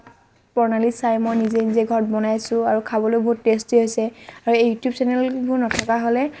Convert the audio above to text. প্ৰণালী চাই মই নিজে নিজে ঘৰত বনাইছো আৰু খাবলৈ বহুত টেষ্টি হৈছে আৰু এই ইউটিউব চেনেলসমূহ নথকাহ'লে